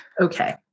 okay